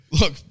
Look